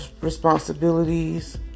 responsibilities